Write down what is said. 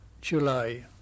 july